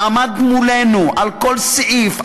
ועמדת מולנו על כל סעיף,